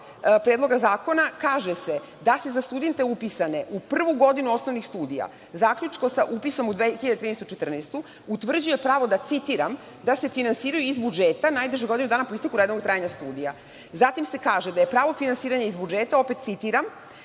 Predloga zakona, kaže se da se za studente upisane u prvu godinu osnovnih studija, zaključno sa upisom u 2013/2014. godinu, utvrđuje pravo da, citiram – da se finansiraju iz budžeta najduže godinu dana po isteku redovnog trajanja studija. Zatim se kaže da je pravo finansiranja iz budžeta, opet citiram